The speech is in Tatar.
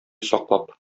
саклап